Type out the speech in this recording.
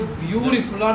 beautiful